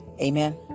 Amen